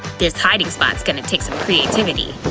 this hiding spot's gonna take some creativity.